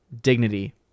dignity